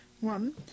One